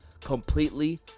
completely